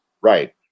Right